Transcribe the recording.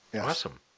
Awesome